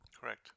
Correct